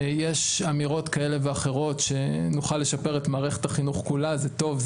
יש אמירות כאלה ואחרות שנוכל לשפר את מערכת החינוך כולה זה טוב,